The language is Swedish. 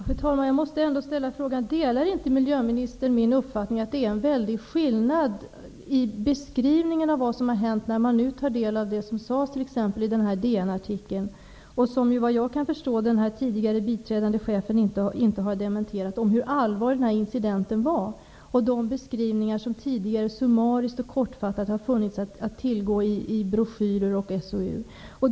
Fru talman! Jag måste ändå fråga miljöministern om han inte delar min uppfattning att det är en väldig skillnad i beskrivningarna av vad som har hänt när man tar del av det som sades om hur allvarlig incidenten var i t.ex. DN-artikeln, vilket den tidigare biträdande chefen såvitt jag kan förstå inte har dementerat, och av de summariska och kortfattade beskrivningar som tidigare har funnits att tillgå i broschyrer och i SOU.